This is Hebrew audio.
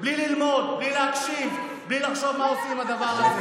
של בריאות הילדים שלנו,